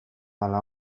ala